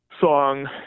song